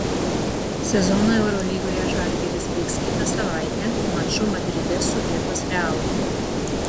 sezoną eurolygoje žalgiris baigs kitą savaitę maču madride su vietos real